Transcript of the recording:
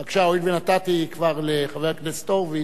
בבקשה, הואיל ונתתי כבר לחבר הכנסת הורוביץ.